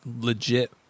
legit